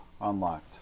unlocked